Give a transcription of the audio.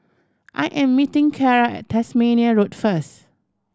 I am meeting Carra at Tasmania Road first